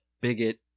bigot